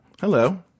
hello